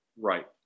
Right